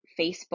Facebook